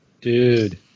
Dude